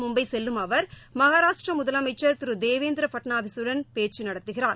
மும்பைசெல்லும் அவர் மகராஷ்ட்ரமுதலமைச்சர் திருதேவேந்திரபட்நாவிஸூடன் முதலில் பேச்சுநடத்துகிறார்